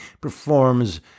performs